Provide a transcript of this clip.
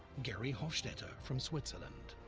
gerry hofstetter from switzerland.